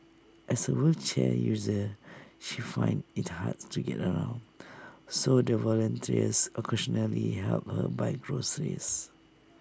as A wheelchair user she finds IT hard to get around so the volunteers occasionally help her buy groceries